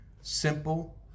Simple